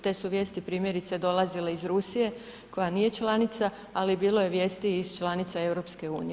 Te su vijesti primjerice, dolazile iz Rusije, koja nije članica, ali bilo je vijesti iz članica EU.